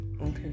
Okay